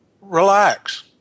relax